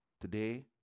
Today